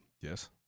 Yes